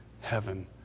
heaven